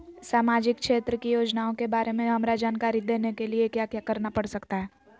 सामाजिक क्षेत्र की योजनाओं के बारे में हमरा जानकारी देने के लिए क्या क्या करना पड़ सकता है?